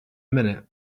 minute